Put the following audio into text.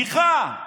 בדיחה.